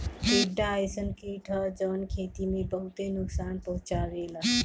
टिड्डा अइसन कीट ह जवन खेती के बहुते नुकसान पहुंचावेला